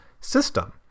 system